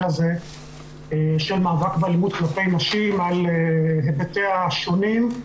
הזה של מאבק באלימות כלפי נשים על היבטיה השונים,